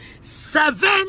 seven